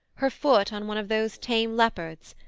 her foot on one of those tame leopards.